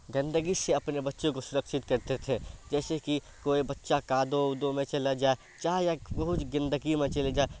گندگی سے اپنے بچوں کو سرکشت کرتے تھے جیسے کہ کوئی بچہ کادو وودو میں چلا جائے چاہے یا بہت گندگی میں چلے جائے